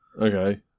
Okay